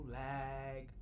lag